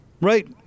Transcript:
Right